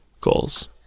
goals